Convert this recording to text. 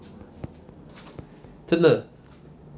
真的